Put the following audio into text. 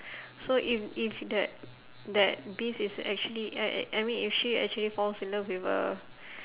so if if the that beast is actually uh uh I mean if she actually falls in love with a